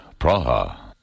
Praha